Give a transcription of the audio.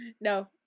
No